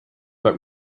but